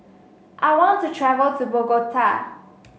I want to travel to Bogota